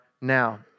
now